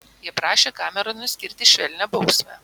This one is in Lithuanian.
jie prašė kameronui skirti švelnią bausmę